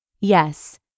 Yes